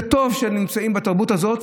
זה טוב שנמצאים בתרבות הזאת,